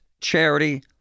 charity